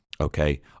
okay